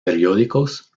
periódicos